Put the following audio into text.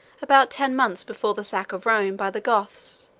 about ten months before the sack of rome by the goths.